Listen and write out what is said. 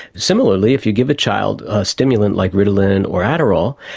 similarly, if you give a child a stimulant like ritalin or adderall,